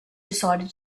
decided